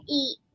eat